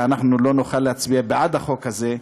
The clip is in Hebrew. אבל אנחנו לא נוכל להצביע בעד החוק הזה,